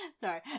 Sorry